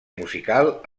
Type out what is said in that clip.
musical